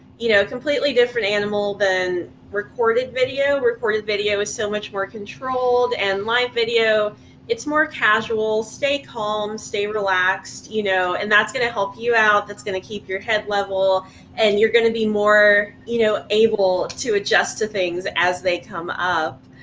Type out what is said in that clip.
you know, a completely different animal than recorded video. recorded video is so much more controlled and live video it's more casual, stay calm, stay relaxed, you know, and that's gonna help you out. that's gonna keep your head level and you're gonna be more, you know, able to adjust to things as they come up.